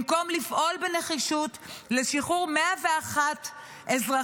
במקום לפעול בנחישות לשחרור 101 אזרחים